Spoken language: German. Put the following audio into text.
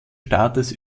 staates